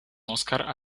oscar